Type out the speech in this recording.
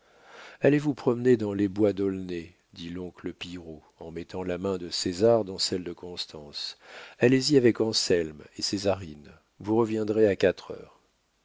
vous promener dans les bois d'aulnay dit l'oncle pillerault en mettant la main de césar dans celles de constance allez-y avec anselme et césarine vous reviendrez à quatre heures